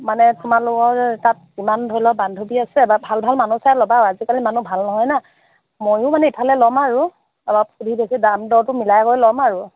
মানে তোমালোকৰ তাত কিমান ধৰি লোৱা বান্ধৱী আছে বা ভাল ভাল মানুহ চাই ল'বা আৰু আজিকালি মানুহ ভাল নহয় ন' ময়ো মানে ইফালে ল'ম আৰু অলপ দাম দৰটো মিলাই কৰি ল'ম আৰু